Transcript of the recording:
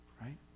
right